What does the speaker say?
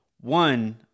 One